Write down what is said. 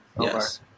Yes